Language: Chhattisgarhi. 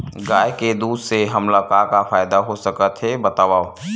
गाय के दूध से हमला का का फ़ायदा हो सकत हे बतावव?